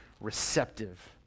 receptive